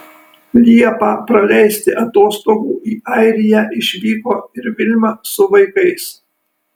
liepą praleisti atostogų į airiją išvyko ir vilma su vaikais